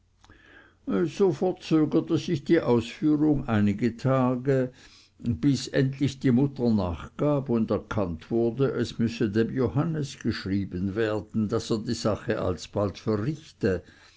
so verzögerte sich die ausführung einige tage bis endlich die mutter nachgab und erkannt wurde es müsse dem johannes geschrieben werden daß er die sache alsbald verrichte